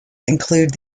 include